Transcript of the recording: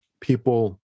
people